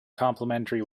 complimentary